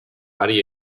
hari